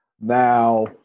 Now